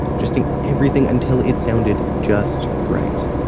adjusting everything until it sounded just right